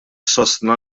sostna